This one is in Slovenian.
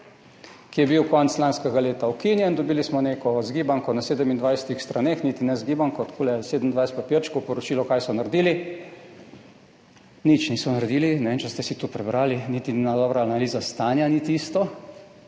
ki je bil konec lanskega leta ukinjen, dobili smo neko zgibanko na 27 straneh, niti ne zgibanko, 27 papirčkov, poročilo, kaj so naredili. Nič niso naredili, ne vem, če ste si to prebrali. Niti ena dobra analiza stanja ni tisto.